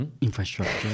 Infrastructure